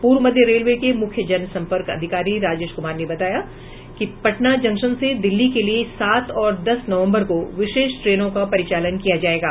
पूर्व मध्य रेलवे के मुख्य जनसंपर्क अधिकारी राजेश कुमार ने बताया है कि पटना जंक्शन से दिल्ली के लिये सात और दस नवम्बर को विशेष ट्रेनों का परिचालन किया जायेगा